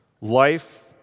Life